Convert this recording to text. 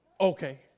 Okay